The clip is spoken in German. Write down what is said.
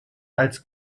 als